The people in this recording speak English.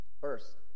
First